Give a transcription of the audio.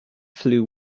flew